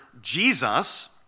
Jesus